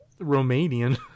romanian